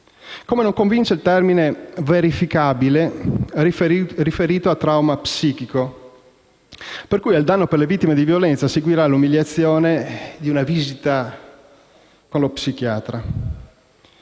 modo, non convince il termine «verificabile» riferito al trauma psichico, per cui al danno per le vittime di violenza seguirà l'umiliazione di una visita con lo psichiatra.